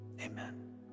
Amen